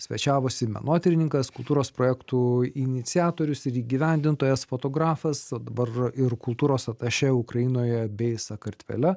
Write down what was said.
svečiavosi menotyrininkas kultūros projektų iniciatorius ir įgyvendintojas fotografas o dabar ir kultūros atašė ukrainoje bei sakartvele